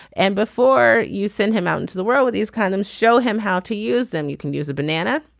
and before you send him out into the world with these columns show him how to use them you can use a banana